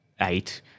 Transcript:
eight